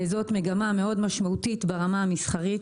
זאת מגמה מאוד משמעותית ברמה המסחרית